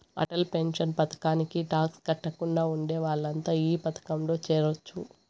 Atal pension పథకానికి tax కట్టకుండా ఉండే వాళ్లంతా ఈ పథకంలో చేరొచ్చు